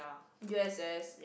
U_S_S